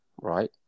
right